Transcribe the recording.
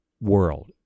world